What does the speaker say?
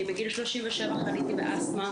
אני בגיל 37 חליתי באסטמה.